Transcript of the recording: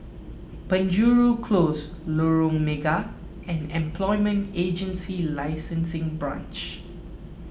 Penjuru Close Lorong Mega and Employment Agency Licensing Branch